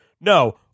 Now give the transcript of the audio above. No